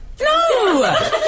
No